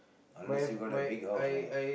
unless you got a big house lah